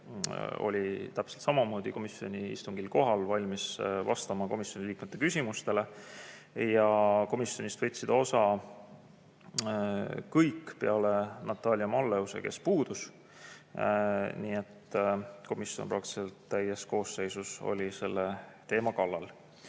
oli täpselt samamoodi komisjoni istungil kohal ja valmis vastama komisjoni liikmete küsimustele. Komisjoni istungist võtsid osa kõik peale Natalia Malleuse, kes puudus. Nii et komisjon oli peaaegu täies koosseisus selle teema kallal.